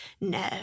No